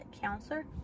counselor